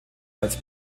als